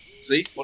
See